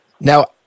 now